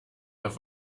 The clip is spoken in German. auf